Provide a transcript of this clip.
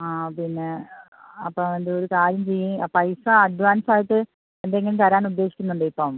ആ പിന്നെ അപ്പം എന്ത് ഒര് കാര്യം ചെയ്യ് പൈസ അഡ്വാൻസ് ആയിട്ട് എന്തെങ്കിലും തരാൻ ഉദ്ദേശിക്കുന്നുണ്ടോ ഇപ്പം